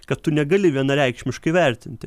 kad tu negali vienareikšmiškai vertinti